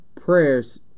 prayers